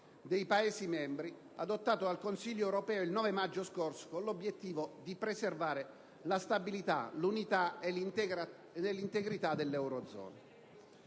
dei Paesi membri, adottato dal Consiglio europeo il 9 maggio scorso, con l'obiettivo di preservare la stabilità, l'unità e l'integrità dell'eurozona.